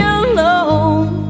alone